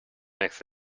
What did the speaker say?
makes